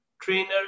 trainer